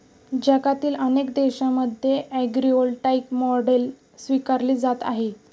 जगातील अनेक देशांमध्ये ॲग्रीव्होल्टाईक मॉडेल स्वीकारली जात आहे